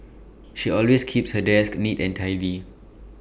she always keeps her desk neat and tidy